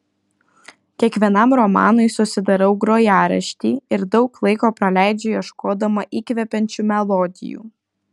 kiekvienam romanui susidarau grojaraštį ir daug laiko praleidžiu ieškodama įkvepiančių melodijų